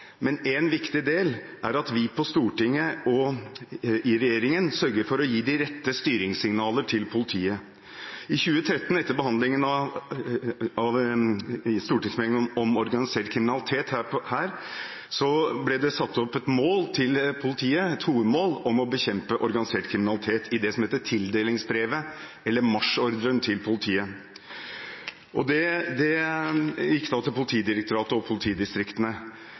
En viktig del er at vi på Stortinget og regjeringen sørger for å gi de rette styringssignaler til politiet. I 2013, etter behandlingen av stortingsmeldingen om organisert kriminalitet, ble det satt opp et hovedmål for politiet om å bekjempe organisert kriminalitet i det som heter tildelingsbrevet, eller marsjordren, til politiet. Det gikk til Politidirektoratet og politidistriktene.